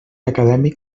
acadèmic